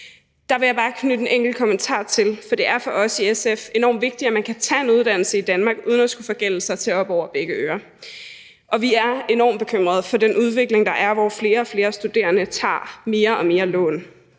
Det vil jeg bare knytte en enkelt kommentar til, for det er for os i SF enormt vigtigt, at man kan tage en uddannelse i Danmark uden at skulle forgælde sig til op over begge ører. Og vi er enormt bekymrede for den udvikling, der er, hvor flere og flere studerende tager mere og mere lån.